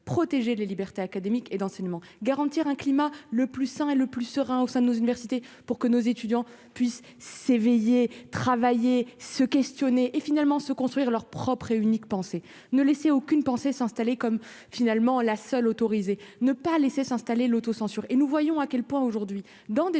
protéger les libertés académiques et d'enseignement, garantir un climat le plus sain et le plus serein au sein de nos universités pour que nos étudiants puissent s'éveiller, travailler, se questionner et finalement se construire leur propre et unique pensée : ne laissez aucune pensée s'installer comme finalement la seule autorisée, ne pas laisser s'installer l'autocensure et nous voyons à quel point aujourd'hui dans des